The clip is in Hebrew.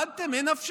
הורדתם, אין אף שם.